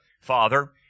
father